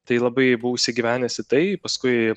tai labai buvau įsigyvenęs į tai paskui